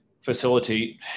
facilitate